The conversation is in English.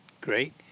Great